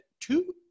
two